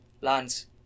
lands